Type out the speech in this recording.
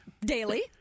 daily